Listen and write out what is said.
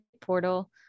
portal